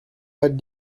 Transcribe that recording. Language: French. pas